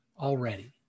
already